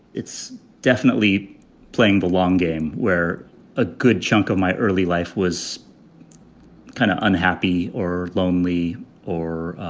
it's definitely playing the long game where a good chunk of my early life was kind of unhappy or lonely or